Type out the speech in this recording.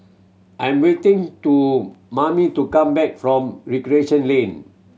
I'm waiting to Mamie to come back from Recreation Lane